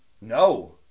No